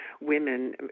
women